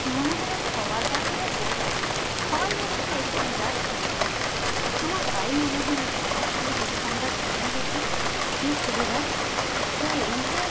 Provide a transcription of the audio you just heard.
মনে হল সবার কাছেই আছে সবাই বলে যে এতে বিরাট সুবিধা আমার তাই মনে হল যে আমি তাহলে হেডফোনটা কিনেই দেখি কী সুবিধা তো এই যে